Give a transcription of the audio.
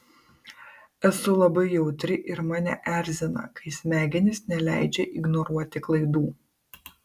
esu labai jautri ir mane erzina kai smegenys neleidžia ignoruoti klaidų